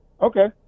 Okay